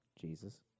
Jesus